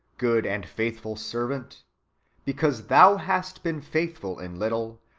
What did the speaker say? good and faithful servant because thou hast been faithful in little,